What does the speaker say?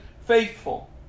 faithful